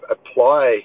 Apply